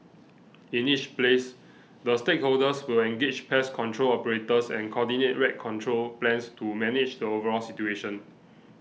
in each place the stakeholders will engage pest control operators and coordinate rat control plans to manage the overall situation